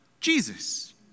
Jesus